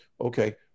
okay